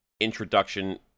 introduction